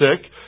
sick